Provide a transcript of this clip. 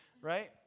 right